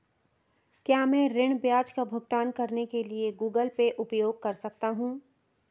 क्या मैं ऋण ब्याज का भुगतान करने के लिए गूगल पे उपयोग कर सकता हूं?